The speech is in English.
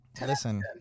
Listen